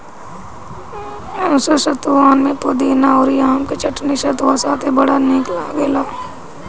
असो सतुआन में पुदीना अउरी आम के चटनी सतुआ साथे बड़ा निक लागल